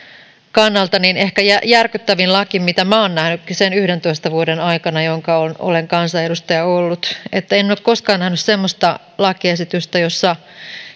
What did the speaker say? kannalta ehkä järkyttävin laki mitä minä olen nähnyt sen yhdentoista vuoden aikana jonka olen kansanedustaja ollut en ole koskaan nähnyt semmoista lakiesitystä jossa